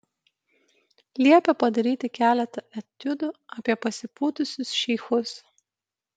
liepė padaryti keletą etiudų apie pasipūtusius šeichus